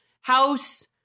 house